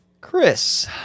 Chris